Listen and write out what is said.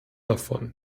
davon